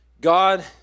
God